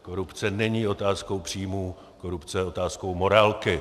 Korupce není otázkou příjmů, korupce je otázkou morálky.